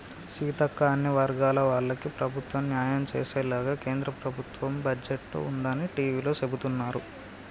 సీతక్క అన్ని వర్గాల వాళ్లకి ప్రభుత్వం న్యాయం చేసేలాగానే కేంద్ర ప్రభుత్వ బడ్జెట్ ఉందని టివీలో సెబుతున్నారు